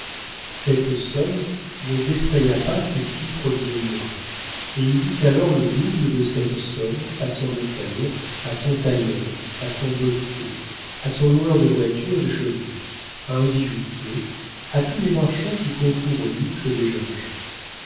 cette somme ne défraya pas ses six premiers mois et il dut alors le double de cette somme à son hôtel à son tailleur à son bottier à son loueur de voitures et de chevaux à un bijoutier à tous les marchands qui concourent au luxe des jeunes gens